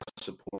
support